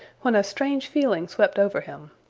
when a strange feeling swept over him.